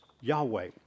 Yahweh